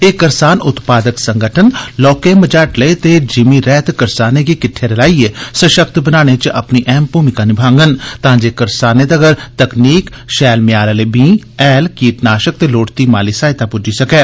ए करसान उत्पादक संगठन लौहके मझाटले ते ज़िमी रेहत करसानें गी किट्डे रलाइयै सशक्त बनाने च अपनी अहम भूमिका निभाग तां जे करसानें तगर तकनीक शैल म्यार आले बींह् हैल कीटनाशक ते लोड़चदी माली सहायता पुज्जी सकै